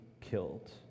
killed